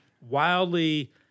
wildly